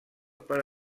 per